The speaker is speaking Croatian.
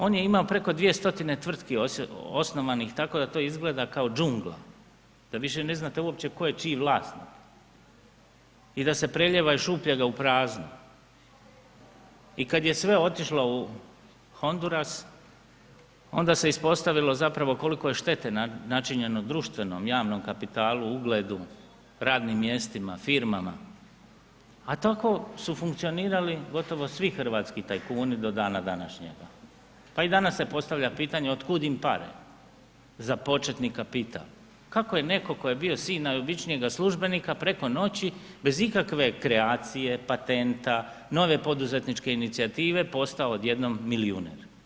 On je imao preko dvije stotine tvrtki osnovanih tako da to izgleda kao džungla da više ne znate uopće tko je čiji vlasnik i da se preljeva iz šupljega u prazno i kad je sve otišlo u Honduras, onda se ispostavilo zapravo koliko je štete načinjeno društvenom javnom kapitalu, ugledu, radnim mjestima, firmama, a tako su funkcionirali gotovo svi hrvatski tajkuni do dana današnjega, pa i danas se postavlja pitanje otkud im pare za početni kapital, kako je netko tko je bio sin najobičnijega službenika preko noći bez nikakve kreacije, patenta, nove poduzetničke inicijative, postao odjednom milijuner.